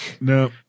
no